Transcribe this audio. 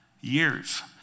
years